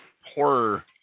horror